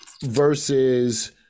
Versus